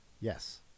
Yes